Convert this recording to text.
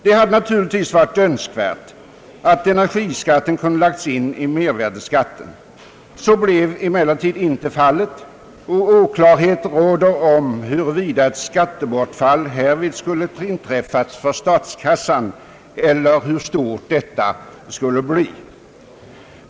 Det hade naturligtvis varit önskvärt att energiskatten kunde lagts in i mervärdeskatten. Så blev emellertid inte fallet och oklarhet råder om huruvida ett skattebortfall härvid skulle ha inträffat för statskassan eller hur stort det skulle ha blivit.